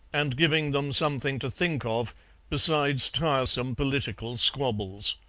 and giving them something to think of besides tiresome political squabbles.